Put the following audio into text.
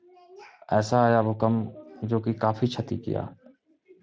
ऐसा आया भूकंप की काफी क्षति किया